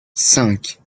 cinq